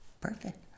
perfect